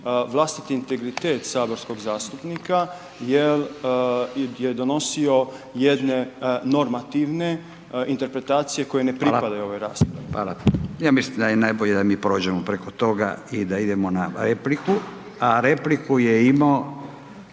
vlastiti integritet saborskog zastupnika jer i gdje je donosio jedne normativne interpretacije koje ne pripadaju ovoj raspravi. **Radin, Furio (Nezavisni)** Hvala, hvala. Ja mislim da je najbolje da mi prođemo preko toga i da idemo na repliku a repliku je imao,